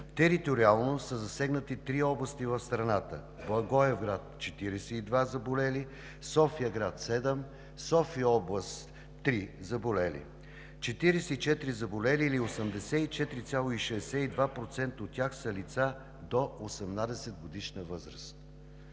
Териториално са засегнати три области в страната: Благоевград – 42-ма заболели, София-град – 7, София област – 3-ма заболели. Четиридесет и четири заболели или 84,62% от тях са лица до 18-годишна възраст.